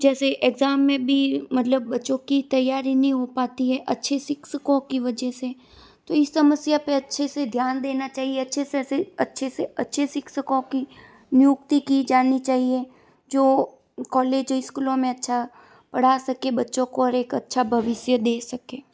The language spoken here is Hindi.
जैसे एग्ज़ाम में भी मतलब बच्चों की तैयारी नहीं हो पाती है अच्छे शिक्षकों की वजह से तो इस समस्या पर अच्छे से ध्यान देना चाहिए अच्छे से ऐसे ही अच्छे से अच्छे शिक्षकों की नियुक्ति की जानी चाहिए जो कॉलेज इस्कूलों में अच्छा पढ़ा सकें बच्चों को एक अच्छा भविष्य दे सकें